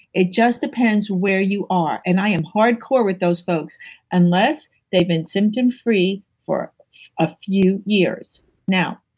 it just depends where you are and i am hardcore with those folks unless they've been symptom free for a few years now,